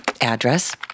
address